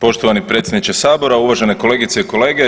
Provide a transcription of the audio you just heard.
Poštovani predsjedniče sabora, uvažene kolegice i kolege.